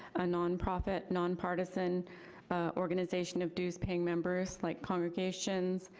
a nonprofit, nonpartisan organization of dues-paying members like congregations,